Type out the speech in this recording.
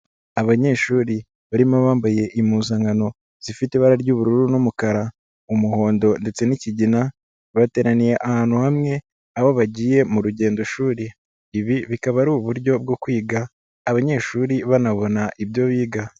Abanyeshuri barimo abambaye impuzankano zifite ibara ry'ubururu n'umukara, umuhondo ndetse n'ikigina, bateraniye ahantu hamwe aho bagiye mu rugendo shuri, ibi bikaba ari uburyo bwo kwiga, abanyeshuri banabona ibyo biga.